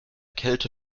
kälte